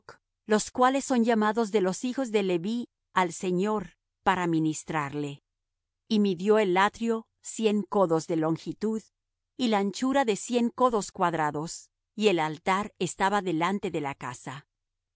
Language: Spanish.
los cuales son llamados de los hijos de leví al señor para ministrarle y midió el atrio cien codos de longitud y la anchura de cien codos cuadrados y el altar estaba delante de la casa